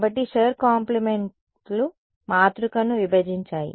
కాబట్టి షుర్ కాంప్లిమెంట్లు మాతృకను విభజించాయి